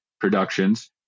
productions